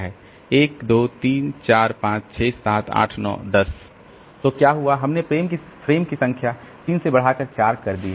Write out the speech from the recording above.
1 2 3 4 5 6 7 8 9 10 तो क्या हुआ है हमने फ्रेम की संख्या 3 से बढ़ाकर 4 कर दी है